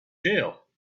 jail